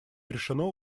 решено